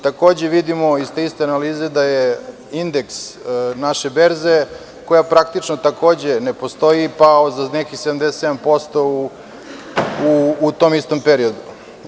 Takođe, vidimo iz te iste analize da je indeks naše berze, koja praktično ne postoji, pao za nekih 77% u tom istom periodu.